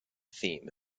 theme